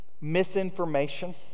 misinformation